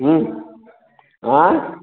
हम्म हाँ